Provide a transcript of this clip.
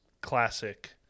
classic